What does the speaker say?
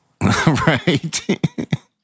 Right